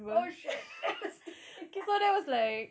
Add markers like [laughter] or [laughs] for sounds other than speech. oh shit that was stupid [laughs]